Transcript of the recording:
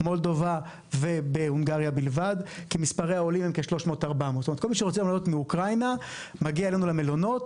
מולדובה ובהונגריה בלבד כי מספרי העולים הם כ-300 400. כל מי שרוצה היום לעלות מאוקראינה מגיע אלינו למלונות.